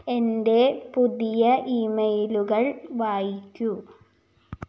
എൻ്റെ പുതിയ ഇമെയിലുകൾ വായിക്കൂ